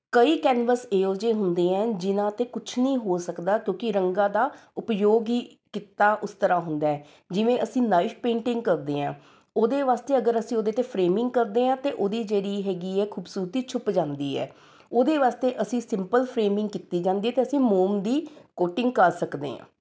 ਕਈ ਕੈਨਵਸ ਇਹੋ ਜਿਹੇ ਹੁੰਦੇ ਹੈ ਜਿਨ੍ਹਾਂ 'ਤੇ ਕੁਛ ਨਹੀਂ ਹੋ ਸਕਦਾ ਕਿਉਂਕਿ ਰੰਗਾਂ ਦਾ ਉਪਯੋਗ ਹੀ ਕੀਤਾ ਉਸ ਤਰ੍ਹਾਂ ਹੁੰਦਾ ਹੈ ਜਿਵੇਂ ਅਸੀਂ ਨਾਈਫ ਪੇਂਟਿੰਗ ਕਰਦੇ ਹਾਂ ਉਹਦੇ ਵਾਸਤੇ ਅਗਰ ਅਸੀਂ ਉਹਦੇ 'ਤੇ ਫਰੇਮਿੰਗ ਕਰਦੇ ਹਾਂ ਅਤੇ ਉਹਦੀ ਜਿਹੜੀ ਹੈਗੀ ਹੈ ਖੂਬਸੂਰਤੀ ਛੁੱਪ ਜਾਂਦੀ ਹੈ ਉਹਦੇ ਵਾਸਤੇ ਅਸੀਂ ਸਿੰਪਲ ਫਰੇਮਿੰਗ ਕੀਤੀ ਜਾਂਦੀ ਅਤੇ ਅਸੀਂ ਮੋਮ ਦੀ ਕੋਟਿੰਗ ਕਰ ਸਕਦੇ ਹਾਂ